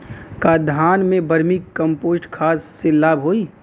का धान में वर्मी कंपोस्ट खाद से लाभ होई?